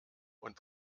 und